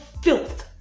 filth